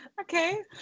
okay